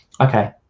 okay